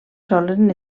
solen